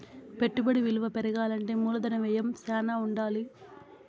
పెట్టుబడి విలువ పెరగాలంటే మూలధన వ్యయం శ్యానా ఉండాలి